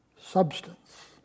substance